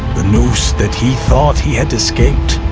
the noose that he thought he had escaped,